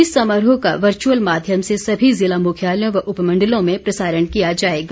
इस समारोह का वर्चुअल माध्यम से सभी ज़िला मुख्यालयों व उपमण्डलों में प्रसारण किया जाएगा